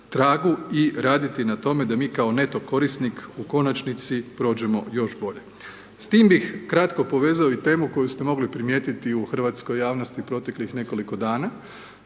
i raditi na tome, da mi kao neto korisnik, u konačnici prođemo još bolje. S tim bih kratko povezao i temu koju ste mogli primijetiti u hrvatskoj javnosti proteklih nekoliko dana,